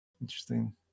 Interesting